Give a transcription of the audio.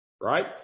right